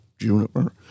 juniper